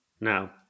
now